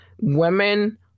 Women